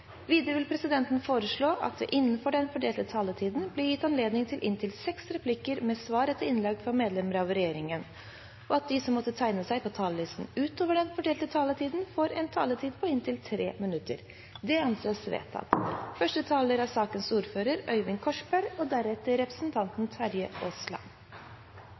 Videre vil presidenten foreslå at det blir gitt anledning til inntil seks replikker med svar etter innlegg fra medlemmer av regjeringen innenfor den fordelte taletid, og at de som måtte tegne seg på talerlisten utover den fordelte taletid, får en taletid på inntil 3 minutter. – Det anses vedtatt. Som sagt har vi i dag oppe til debatt to saker som knytter seg til plast og